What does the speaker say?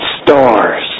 stars